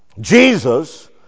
Jesus